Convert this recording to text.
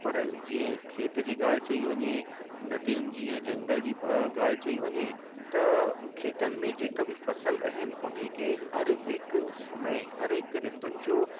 पर जीअं खेत जी ॻाल्हि चई वञे नदियुनि जी जंगल जी ॻाल्हि चई वञे त खेतनि में जेका बि फसल आहिनि उन खे हरहिक समय हरहिक ऋतुनि जो